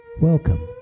Welcome